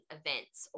events